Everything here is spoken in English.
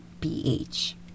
ph